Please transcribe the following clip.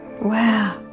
Wow